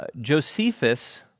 Josephus